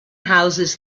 houses